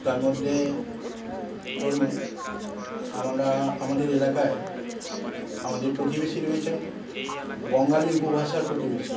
তার মধ্যে ধরুন আমরা আমাদের এলাকায় আমাদের প্রতিবেশী রয়েছেন বঙ্গালী উপভাষার প্রতিবেশী